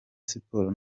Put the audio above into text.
sports